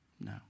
No